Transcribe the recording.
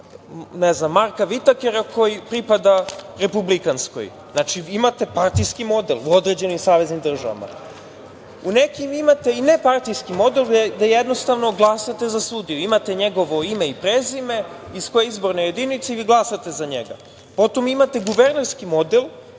ili za Marka Vitakera koji pripada republikanskoj. Znači, imate partijski model u određenim saveznim državama.U nekim imate i nepartijski model gde jednostavno glasanje za sudiju. Imate njegovo ime i prezime, iz koje je izborne jedinice i glasanje za njega. Potom imate guvernerski model